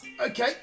Okay